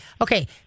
Okay